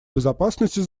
безопасности